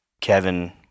Kevin